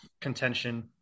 contention